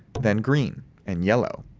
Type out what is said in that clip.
then green and yellow,